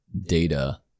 data